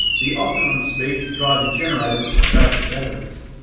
the optimum speed to drive the generator which charged the batteries.